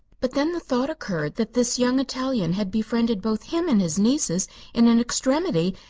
but then the thought occurred that this young italian had befriended both him and his nieces in an extremity,